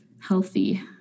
healthy